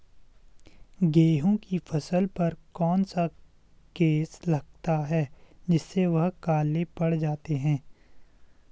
गेहूँ की फसल पर कौन सा केस लगता है जिससे वह काले पड़ जाते हैं?